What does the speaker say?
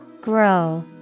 Grow